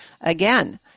again